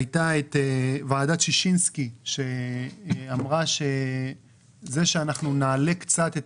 הייתה את ועדת שישינסקי שאמרה שזה שאנחנו נעלה קצת את